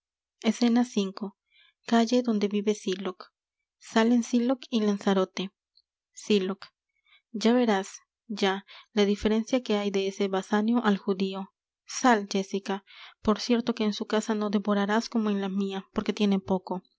escena v calle donde vive sylock salen sylock y lanzarote sylock ya verás ya la diferencia que hay de ese basanio al judío sal jéssica por cierto que en su casa no devorarás como en la mia porque tiene poco